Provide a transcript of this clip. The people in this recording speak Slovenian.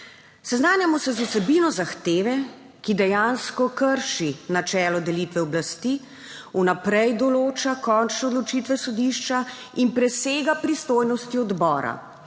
Seznanjamo se z vsebino zahteve, ki dejansko krši načelo delitve oblasti, vnaprej določa končne odločitve sodišča in presega pristojnosti odbora,